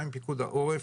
גם עם פיקוד העורף,